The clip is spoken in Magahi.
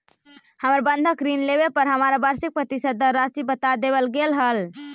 हमर बंधक ऋण लेवे पर हमरा वार्षिक प्रतिशत दर राशी बता देवल गेल हल